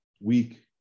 week